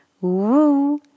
woo